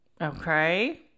Okay